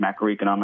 macroeconomic